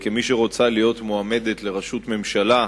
כמי שרוצה להיות מועמדת לראשות ממשלה,